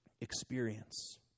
experience